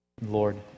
Lord